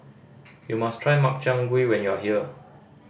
you must try Makchang Gui when you are here